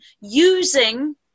using